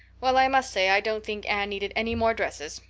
well, i must say i don't think anne needed any more dresses.